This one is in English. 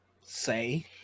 say